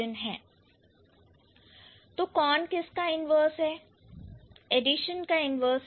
addition subtraction multiplication और inverse अर्थात multiplication का इन्वर्स है डिविजन